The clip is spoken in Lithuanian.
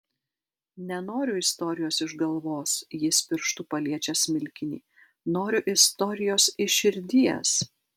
nenoriu istorijos iš galvos jis pirštu paliečia smilkinį noriu istorijos iš širdies